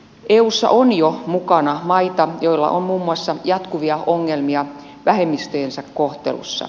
eussa on jo mukana maita joilla on muun muassa jatkuvia ongelmia vähemmistöjensä kohtelussa